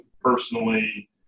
personally